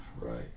right